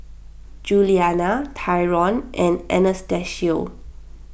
Juliana Tyron and Anastacio